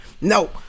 No